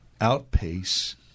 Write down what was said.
outpace